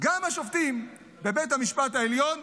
גם השופטים בבית המשפט העליון,